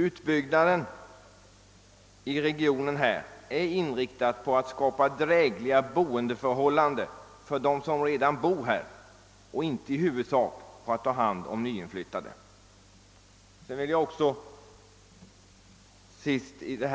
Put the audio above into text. Utbyggnaden i regionen är inriktad på att skapa drägliga bostadsförhållanden för dem som redan bor här och inte i huvudsak på att ta hand om nyinflyttade. Jag vill framhålla att kötiden i